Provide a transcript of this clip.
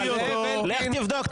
-- טרח להביא אותו --- לך תבדוק,